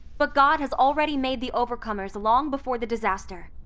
but god has already made the overcomers long before the disaster.